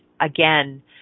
again